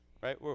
right